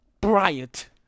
Bryant